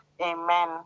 Amen